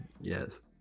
Yes